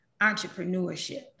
entrepreneurship